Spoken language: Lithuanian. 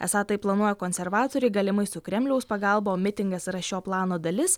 esą tai planuoja konservatoriai galimai su kremliaus pagalba o mitingas yra šio plano dalis